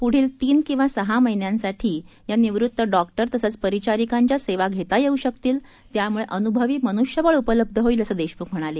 पुढील तीन किंवा सहा महिन्यांसाठी या निवृत्त डॉक्टर तसंच परिचारिकांच्या सेवा घेता येऊ शकतील त्यामुळे अनुभवी मनुष्यबळ उपलब्ध होईल असं देशमुख म्हणाले